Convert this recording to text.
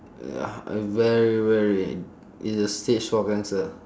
ya uh very very it's the stage four cancer